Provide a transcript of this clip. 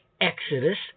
exodus